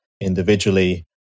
individually